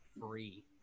free